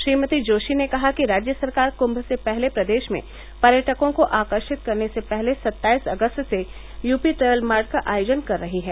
श्रीमती जोशी ने कहा कि राज्य सरकार कुम्म से पहले प्रदेश में पर्यटकों को आकर्षित करने से पहले सत्ताईस अगस्त से यूपी ट्रैवल मार्ट का आयोजन कर रही है